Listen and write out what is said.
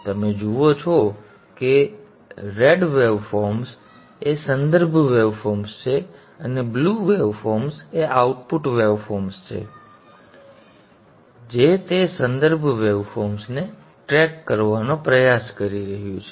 તમે જુઓ છો કે લાલ વેવફોર્મ્સ એ સંદર્ભ વેવફોર્મ્સ છે અને વાદળી વેવફોર્મ્સ એ આઉટપુટ વેવ ફોર્મ છે જે તે સંદર્ભ વેવફોર્મ્સને ટ્રેક કરવાનો પ્રયાસ કરી રહ્યું છે